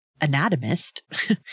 anatomist